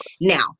now